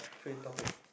free topic